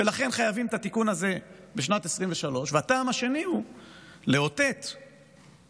ולכן חייבים את התיקון הזה בשנת 2023. הטעם השני הוא לאותת למשק,